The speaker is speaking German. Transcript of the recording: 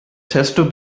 testo